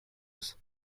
ist